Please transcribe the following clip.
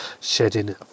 shedding